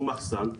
שהוא מחסן,